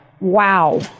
Wow